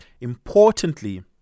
Importantly